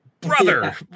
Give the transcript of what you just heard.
brother